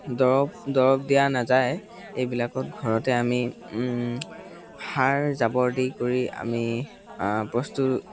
দৰৱ দৰৱ দিয়া নাযায় এইবিলাকত ঘৰতে আমি সাৰ জাবৰ দি কৰি আমি প্ৰস্তুত